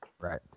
Right